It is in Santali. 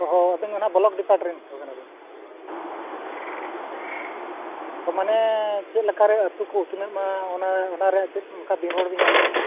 ᱚᱻ ᱦᱚᱸ ᱟᱹᱞᱤᱧ ᱫᱚ ᱦᱟᱸᱜ ᱵᱞᱚᱠ ᱰᱤᱯᱟᱴ ᱨᱮᱱ ᱦᱚᱲ ᱠᱟᱱᱟᱵᱤᱱ ᱦᱳᱭ ᱟᱫᱚ ᱢᱟᱱᱮ ᱪᱮᱫ ᱞᱮᱠᱟᱨᱮ ᱟᱛᱳ ᱠᱚ ᱩᱛᱱᱟᱹᱜ ᱢᱟ ᱚᱱᱟ ᱚᱱᱟ ᱨᱮᱭᱟᱜ ᱪᱮᱫ ᱚᱱᱠᱟ ᱵᱤᱜᱚᱲ ᱵᱤᱱ ᱧᱟᱢ ᱠᱟᱱᱟ